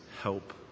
Help